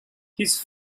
his